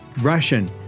Russian